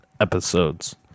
episodes